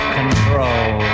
control